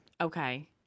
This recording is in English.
Okay